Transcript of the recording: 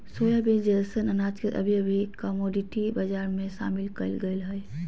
soybean जैसन अनाज के अभी अभी कमोडिटी बजार में शामिल कइल गेल हइ